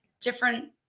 different